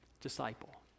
disciple